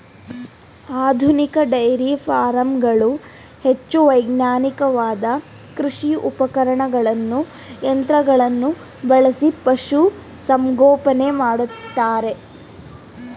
ಆಧುನಿಕ ಡೈರಿ ಫಾರಂಗಳು ಹೆಚ್ಚು ವೈಜ್ಞಾನಿಕವಾದ ಕೃಷಿ ಉಪಕರಣಗಳನ್ನು ಯಂತ್ರಗಳನ್ನು ಬಳಸಿ ಪಶುಸಂಗೋಪನೆ ಮಾಡ್ತರೆ